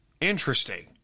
interesting